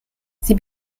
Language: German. sie